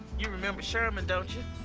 you remember sherman, don't you?